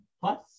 plus